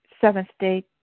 seventh-day